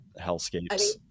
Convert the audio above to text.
hellscapes